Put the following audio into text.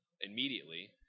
immediately